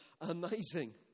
amazing